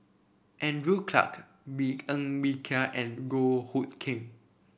Andrew Clarke Bee Ng Bee Kia and Goh Hood Keng